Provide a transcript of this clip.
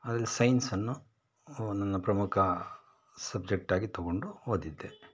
ಅಲ್ಲಿ ಸೈನ್ಸನ್ನು ನನ್ನ ಪ್ರಮುಖ ಸಬ್ಜೆಕ್ಟಾಗಿ ತೊಗೊಂಡು ಓದಿದ್ದೆ